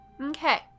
Okay